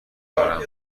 دارم